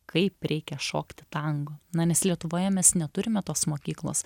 kaip reikia šokti tango na nes lietuvoje mes neturime tos mokyklos